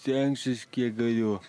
stengsiuos kiek gaju